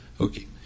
okay